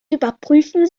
überprüfen